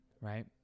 right